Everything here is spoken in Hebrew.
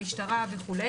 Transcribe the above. המשטרה וכו',